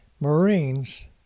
Marines